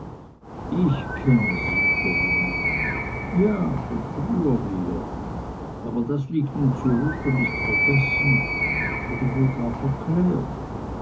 ich kenne sie corinna ja von früher her aber das liegt nun zurück und ist vergessen oder wohl gar verklärt